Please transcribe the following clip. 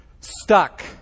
stuck